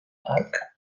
hark